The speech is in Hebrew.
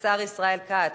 השר ישראל כץ.